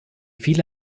viele